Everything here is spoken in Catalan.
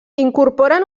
incorporen